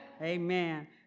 Amen